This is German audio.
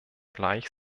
gleich